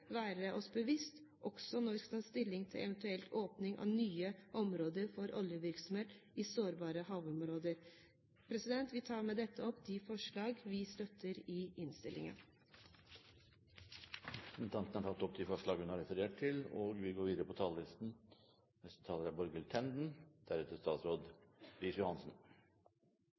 være oss bevisst, også når vi skal ta stilling til eventuell åpning av nye områder for oljevirksomhet i sårbare havområder. Jeg tar med dette opp de forslag som vi har lagt fram i innstillingen. Representanten Line Henriette Hjemdal har tatt opp de forslag hun refererte til. Først vil jeg takke for debatten og alle som har deltatt, og